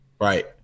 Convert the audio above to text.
right